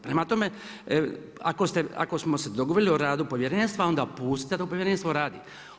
Prema tome, ako smo se dogovorili o radu povjerenstva onda pustite da to povjerenstvo radi.